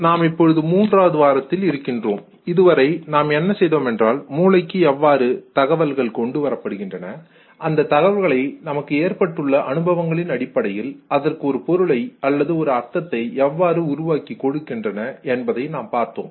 நாம் இப்பொழுது மூன்றாவது வாரத்தில் இருக்கின்றோம் இதுவரை நாம் என்ன செய்தோம் என்றால் மூளைக்கு எவ்வாறு தகவல்கள் கொண்டுவரப்படுகின்றன அந்த தகவல்களை நமக்கு ஏற்பட்டுள்ள அனுபவங்களின் அடிப்படையில் அதற்கு ஒரு பொருளை அல்லது ஒரு அர்த்தத்தை எவ்வாறு உருவாக்கிக் கொடுக்கின்றது என்பதை நாம் பார்த்தோம்